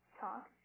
talk